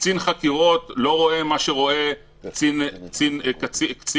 קצין חקירות לא רואה מה שרואה קצין סיור,